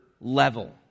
level